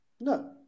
no